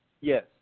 Yes